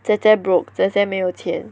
姐姐 broke 姐姐没有钱